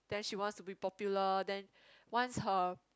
then she wants to be popular then once her